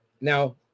Now